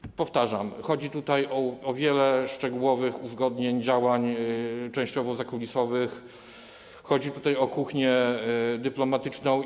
I powtarzam: chodzi tutaj o wiele szczegółowych uzgodnień, działań, częściowo zakulisowych, chodzi tutaj o kuchnię dyplomatyczną.